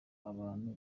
abantu